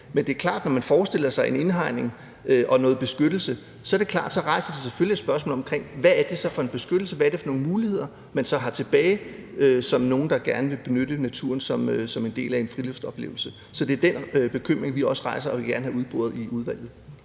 hidtil har kendt, men når man forestiller sig en indhegning og noget beskyttelse, er det klart, at det selvfølgelig rejser et spørgsmål om, hvad det er for en beskyttelse, hvad det er for nogle muligheder, der så er tilbage for dem, der gerne vil benytte naturen som en del af en friluftsoplevelse. Så det er den bekymring, vi også giver udtryk for, og det, vi gerne vil have udboret i udvalget.